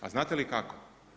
A znate li kako?